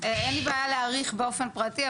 אין לי בעיה להאריך באופן פרטי,